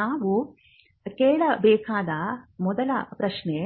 ನಾವು ಕೇಳಬೇಕಾದ ಮೊದಲ ಪ್ರಶ್ನೆ